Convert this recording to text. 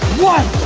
one,